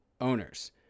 owners